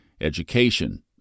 education